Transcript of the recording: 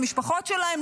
למשפחות שלהם,